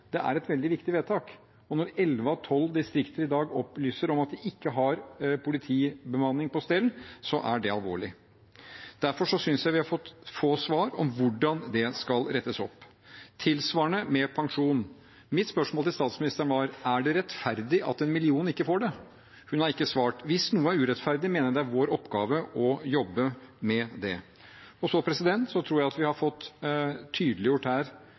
Det er et veldig viktig vedtak, og når elleve av tolv distrikter i dag opplyser om at de ikke har politibemanningen på stell, er det alvorlig. Derfor synes jeg vi har fått få svar på hvordan det skal rettes opp. Tilsvarende med pensjon: Mitt spørsmål til statsministeren var: Er det rettferdig at en million ikke får det? Hun har ikke svart. Hvis noe er urettferdig, mener jeg det er vår oppgave å jobbe med det. Jeg tror at vi her har fått tydeliggjort